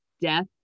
death